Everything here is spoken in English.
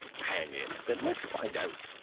hang it, then let's find out!